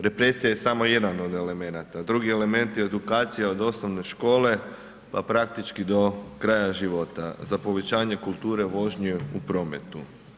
Represija je samo jedan od elemenata, drugi element je edukacija od osnovne škole pa praktički do kraja života, za povećanje kulture vožnje u prometu.